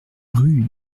rue